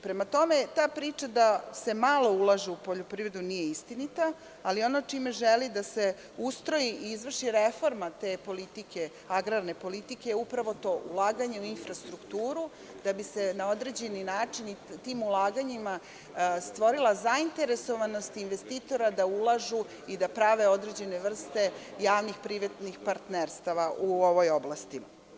Prema tome, ta priča da se malo ulaže u poljoprivredu nije istinita, ali ono čime želi da se ustroji i izvrši reforma te agrarne politike, upravo je to ulaganje u infrastrukturu, da bi se na određeni način i tim ulaganjima stvorila zainteresovanost investitora da ulažu i da prave određene vrste javnih privatnih partnerstava u ovoj oblasti.